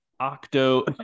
Octo